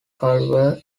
culver